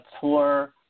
tour